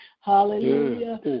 Hallelujah